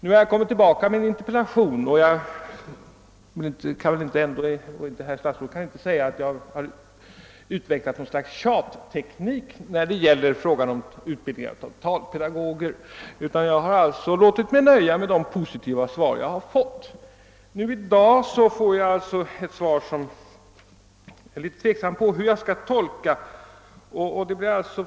Nu har jag återkommit med en interpellation, och herr statsrådet kan inte säga att jag utvecklat något slags tjatteknik när det gäller frågan om utbildning av talpedagoger, utan jag har låtit mig nöja med de positiva svar jag har fått. " I dag får jag ett svar som jag är tveksam om hur jag skall tolka.